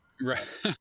right